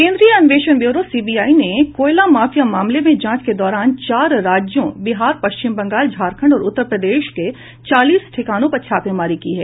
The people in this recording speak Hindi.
केन्द्रीय अन्वेषण ब्यूरो सीबीआई ने कोयला माफिया मामले में जांच के दौरान चार राज्यों बिहार पश्चिम बंगाल झारखंड और उत्तर प्रदेश के चालीस ठिकानों पर छापेमारी की है